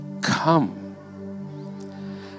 come